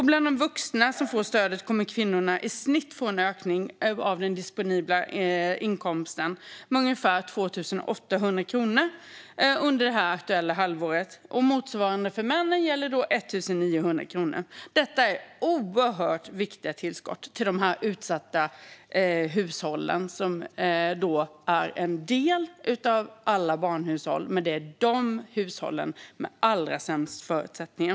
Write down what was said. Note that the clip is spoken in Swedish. Bland de vuxna som får stödet kommer kvinnorna att i snitt få en ökning av den disponibla inkomsten med ungefär 2 800 kronor under det aktuella halvåret. Motsvarande för männen är 1 900 kronor. Detta är oerhört viktiga tillskott till de utsatta hushållen. Det är en del av alla barnhushåll, men det är de hushåll som har allra sämst förutsättningar.